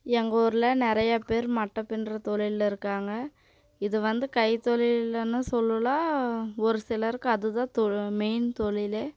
எங்கூரில் நிறைய பேர் மட்டை பின்னுற தொழிலில் இருக்காங்க இது வந்து கைத்தொழிலுன்னு சொல்லலாம் ஒரு சிலருக்கு அதுதான் மெயின் தொழில்